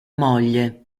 moglie